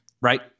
right